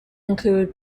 include